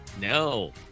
No